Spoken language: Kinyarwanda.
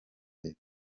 leta